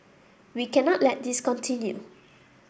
we cannot let this continue